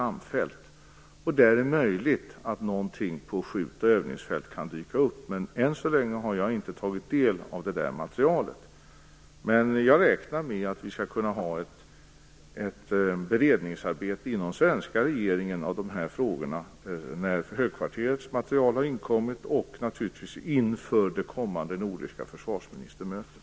Där är det möjligt att någonting om skjut och övningsfält kan dyka upp. Men än så länge har jag inte tagit del av materialet. Jag räknar med att vi skall kunna ha en beredning inom den svenska regeringen av dessa frågor när högkvarterets material har inkommit och naturligtvis också inför det kommande nordiska försvarsministermötet.